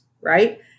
right